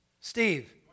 Steve